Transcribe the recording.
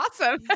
Awesome